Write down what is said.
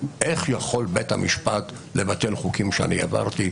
ואיך יכול בית המשפט לבטל חוקים שאני העברתי?